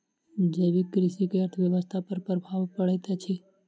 जैविक कृषि के अर्थव्यवस्था पर प्रभाव पड़ैत अछि